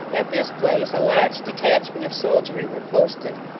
at this place a large detachment of soldiery were posted,